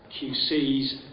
QC's